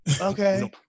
Okay